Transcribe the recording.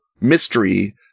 mystery